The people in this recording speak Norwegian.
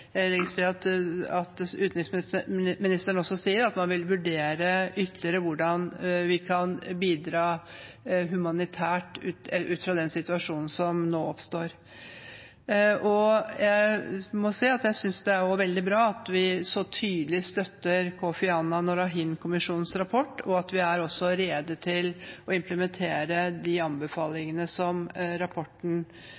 vi kan bidra humanitært ut fra den situasjonen som nå har oppstått. Jeg synes det er veldig bra at vi så tydelig støtter Kofi Annan og Rakhine-kommisjonens rapport, og at vi også er rede til å implementere de